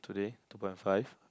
today two point five